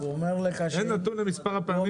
אין נתון למספר הפעמים?